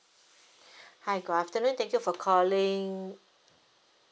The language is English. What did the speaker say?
hi good afternoon thank you for calling